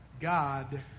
God